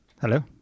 hello